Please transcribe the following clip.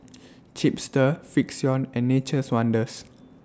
Chipster Frixion and Nature's Wonders